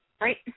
right